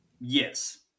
Yes